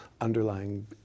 underlying